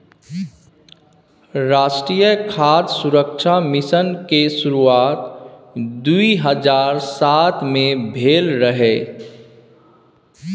राष्ट्रीय खाद्य सुरक्षा मिशन के शुरुआत दू हजार सात मे भेल रहै